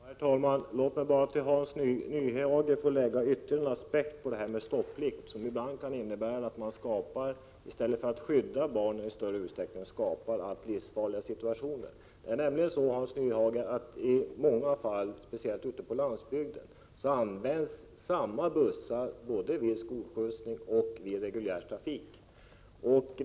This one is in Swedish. Herr talman! Låt mig ge Hans Nyhage ytterligare en aspekt på stopplikten. — 15 december 1987 Ibland kan den innebära att man i stället för att skydda barnen i större. = Tug ooo utsträckning skapar livsfarliga situationer. Det är nämligen så, Hans Nyhage, att i många fall, speciellt ute på landsbygden, används samma bussar både vid skolskjutsning och vid reguljär trafik.